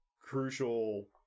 crucial